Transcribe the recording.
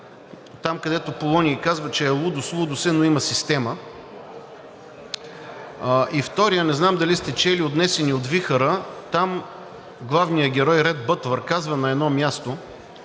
Там, където Полоний казва: „Че е лудост – лудост е, но има система.“ И вторият, не знам дали сте чели „Отнесени от вихъра“ – там главният герой Рет Бътлър казва на едно място: